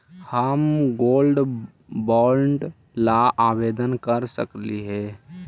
हम gold bond ला आवेदन कर सकली हे?